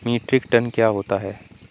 Metric tonne क्या होता है?